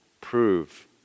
prove